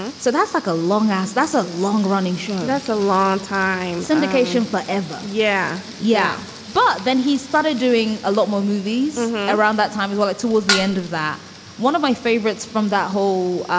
and so that's like a long ass. that's a long running show that's a long time syndication forever. yeah yeah. but then he started doing a lot more movies around that time as well. towards the end of that one of my favorites from that whole